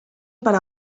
para